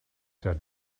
der